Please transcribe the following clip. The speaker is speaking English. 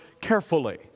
carefully